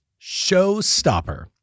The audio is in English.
showstopper